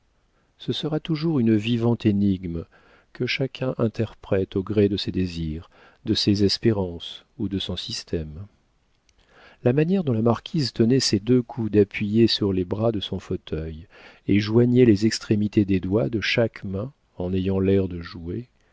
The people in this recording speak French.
ce sera toujours une vivante énigme que chacun interprète au gré de ses désirs de ses espérances ou de son système la manière dont la marquise tenait ses deux coudes appuyés sur les bras de son fauteuil et joignait les extrémités des doigts de chaque main en ayant l'air de jouer